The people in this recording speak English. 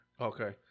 Okay